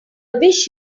wish